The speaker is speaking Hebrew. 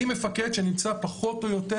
עם מפקד שנמצא פחות או יותר